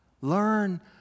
Learn